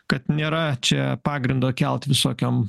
kad nėra čia pagrindo kelt visokiom